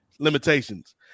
limitations